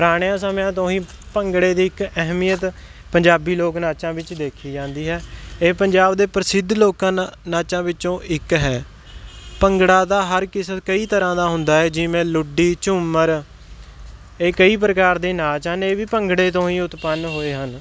ਪੁਰਾਣਿਆਂ ਸਮਿਆਂ ਤੋਂ ਹੀ ਭੰਗੜੇ ਦੀ ਇੱਕ ਅਹਿਮੀਅਤ ਪੰਜਾਬੀ ਲੋਕ ਨਾਚਾਂ ਵਿੱਚ ਦੇਖੀ ਜਾਂਦੀ ਹੈ ਇਹ ਪੰਜਾਬ ਦੇ ਪ੍ਰਸਿੱਧ ਲੋਕਾਂ ਨ ਨਾਚਾਂ ਵਿੱਚੋਂ ਇੱਕ ਹੈ ਭੰਗੜਾ ਤਾਂ ਹਰ ਕਿਸੇ ਕਈ ਤਰ੍ਹਾਂ ਦਾ ਹੁੰਦਾ ਹੈ ਜਿਵੇਂ ਲੁੱਡੀ ਝੂਮਰ ਇਹ ਕਈ ਪ੍ਰਕਾਰ ਦੇ ਨਾਚ ਹਨ ਇਹ ਵੀ ਭੰਗੜੇ ਤੋਂ ਹੀ ਉਤਪੰਨ ਹੋਏ ਹਨ